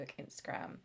Instagram